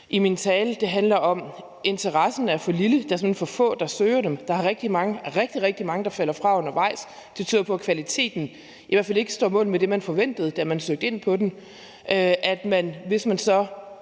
i min tale, handler det om, at interessen er for lille. Der er simpelt hen for få, der søger dem. Der er rigtig mange – rigtig, rigtig mange – der falder fra undervejs. Det tyder på, at kvaliteten i hvert fald ikke står mål med det, man forventede, da man søgte ind på dem.